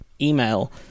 email